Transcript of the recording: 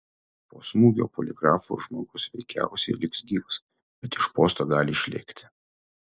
po smūgio poligrafu žmogus veikiausiai liks gyvas bet iš posto gali išlėkti